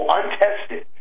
untested